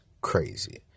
crazy